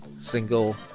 single